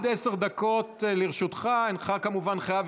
אבל מכאן ועד 100,000 שקל ו-150,000 שקל זה כבר לא הגיוני.